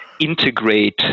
integrate